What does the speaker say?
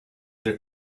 their